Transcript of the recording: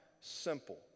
simple